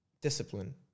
discipline